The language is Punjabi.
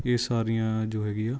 ਇਹ ਸਾਰੀਆਂ ਜੋ ਹੈਗੀਆਂ